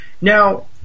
Now